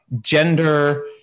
gender